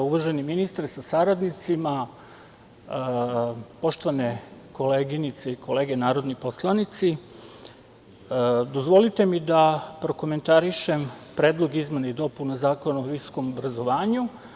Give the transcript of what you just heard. Uvaženi ministre sa saradnicima, poštovane koleginice i kolege narodni poslanici, dozvolite mi da prokomentarišem Predlog izmena i dopuna Zakona o visokom obrazovanju.